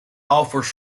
offers